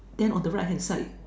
then on the right hand side